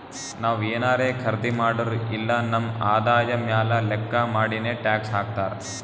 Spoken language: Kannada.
ನಾವ್ ಏನಾರೇ ಖರ್ದಿ ಮಾಡುರ್ ಇಲ್ಲ ನಮ್ ಆದಾಯ ಮ್ಯಾಲ ಲೆಕ್ಕಾ ಮಾಡಿನೆ ಟ್ಯಾಕ್ಸ್ ಹಾಕ್ತಾರ್